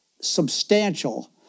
substantial